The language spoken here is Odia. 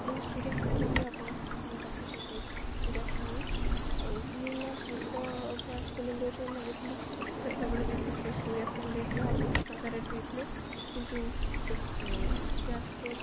ଆଉ ମୁଁ ସୂରିୟା କମ୍ପାନୀର ଆପଣ ଫ୍ରେମ୍ ପଠାଇଛନ୍ତି ସୂରିୟା ଫ୍ରେମ୍ ଆଉ ମୁଁ ନା ପୂର୍ବ ଗ୍ୟାସ୍ ସିଲିଣ୍ଡର୍ ଯେଉଁ ମଗାଇଥିଲି ସେତେବେଳେ ବେଶୀ ସେ ସୂରିୟା ଫ୍ରେମ୍ ଦେଇଥିଲେ ଅଠରଶହ ଟଙ୍କା ରେଟ୍ ନେଇଥିଲେ କିନ୍ତୁ ସେ ଗ୍ୟାସ୍ ଷ୍ଟୋଭ୍